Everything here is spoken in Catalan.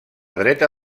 dreta